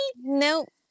Nope